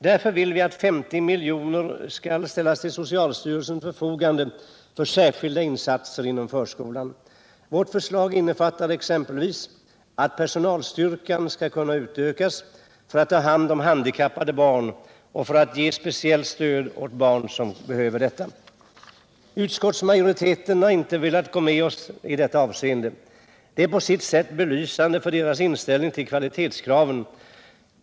Därför vill vi att 50 miljoner skall ställas till socialstyrelsens förfogande för särskilda insatser inom förskolan. Vårt förslag innefattar exempelvis att personalstyrkan skall utökas för att kunna ta hand om handikappade barn och för att kunna ge speciellt stöd åt barn som behöver detta. Utskottsmajoriteten har inte velat gå med oss i detta avseende. Det är på sitt sätt belysande för dess inställning till kvalitetskraven.